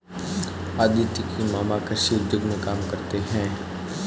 अदिति के मामा कृषि उद्योग में काम करते हैं